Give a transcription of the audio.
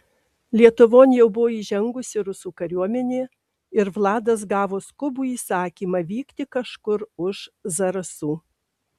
lietuvon jau buvo įžengusi rusų kariuomenė ir vladas gavo skubų įsakymą vykti kažkur už zarasų